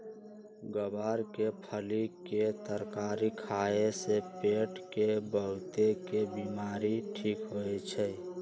ग्वार के फली के तरकारी खाए से पेट के बहुतेक बीमारी ठीक होई छई